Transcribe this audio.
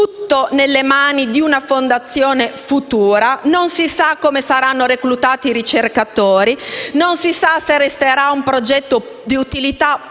tutto è nelle mani di una fondazione futura, non si sa come saranno reclutati i ricercatori e non si sa se il progetto resterà di utilità pubblica